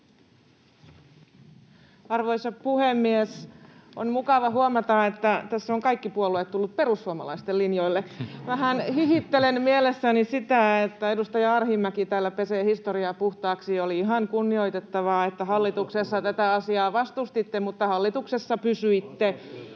Arvoisa puhemies! On mukava huomata, että tässä ovat kaikki puolueet tulleet perussuomalaisten linjoille. Vähän hihittelen mielessäni sitä, että edustaja Arhinmäki täällä pesee historiaa puhtaaksi. Oli ihan kunnioitettavaa, että hallituksessa tätä asiaa vastustitte, mutta hallituksessa pysyitte